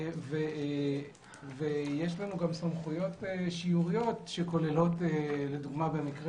יש לנו סמכויות שיוריות שכוללות לדוגמה במקרה